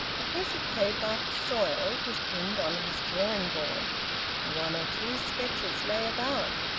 a piece of paper, soiled, was pinned on his drawing-board one or two sketches lay about.